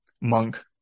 monk